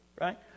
right